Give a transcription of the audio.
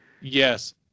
Yes